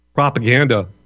Propaganda